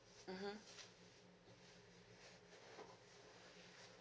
mmhmm